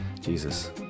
Jesus